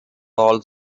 all